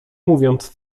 mówiąc